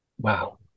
Wow